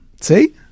See